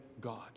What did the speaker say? God